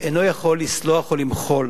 אינו יכול לסלוח או למחול